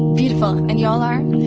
beautiful. and you all are.